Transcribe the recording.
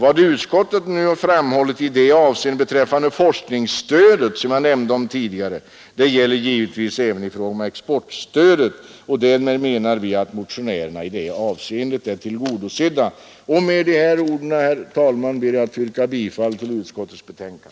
Vad utskottet framhållit i det avseendet beträffande forskningsstödet som jag nämnde om tidigare gäller givetvis även i fråga om exportkreditstödet, och 171 därmed menar vi att motionärerna i detta avseende är tillgodosedda. Med dessa ord, herr talman, ber jag att få yrka bifall till utskottets hemställan.